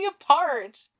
apart